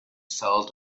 salt